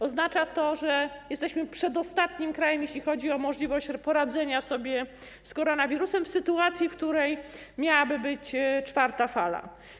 Oznacza to, że jesteśmy przedostatnim krajem, jeśli chodzi o możliwość poradzenia sobie z koronawirusem w sytuacji, w której miałaby być czwarta fala.